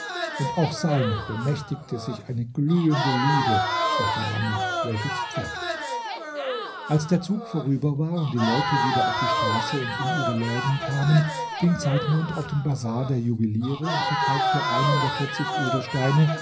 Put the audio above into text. und auch seiner bemächtigte sich eine glühende liebe zur dame welche zu pferd war als der zug vorüber war und die leute wieder auf die straße und in ihre läden kamen ging zeitmond auf den bazar der juweliere und verkaufte einen der vierzig